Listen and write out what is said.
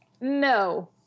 no